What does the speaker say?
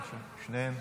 אלקטרונית.